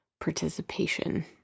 participation